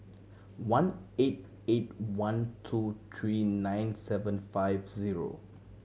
one eight eight one two three nine seven five zero